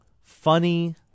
Funny